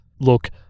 look